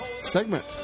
segment